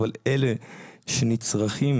אבל אלה שנצרכים